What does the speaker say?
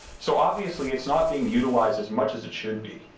so obviously it's not being utilized as much as it should be.